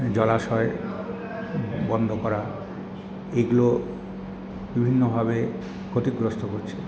জলাশয় বন্ধ করা এগুলো বিভিন্নভাবে ক্ষতিগ্রস্থ হচ্ছে